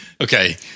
Okay